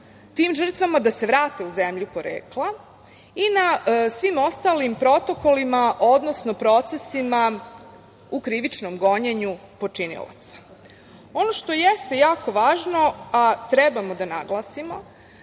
tim žrtvama da se vrate u zemlju porekla i na svim ostalim protokolima, odnosno procesima u krivičnom gonjenju počinilaca. Ono što jeste jako važno, a trebamo da naglasimo,